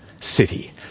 city